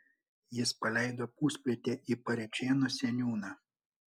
jis paleido pusplytę į parėčėnų seniūną